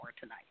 tonight